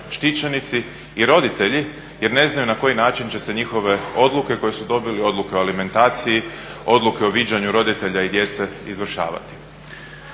štićenici i roditelji jer ne znaju na koji način će se njihove odluke koje su dobili, odluke o alimentaciji, odluke o viđanju roditelja i djece izvršavati.